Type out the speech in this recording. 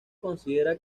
considera